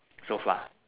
so far